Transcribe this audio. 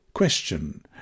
question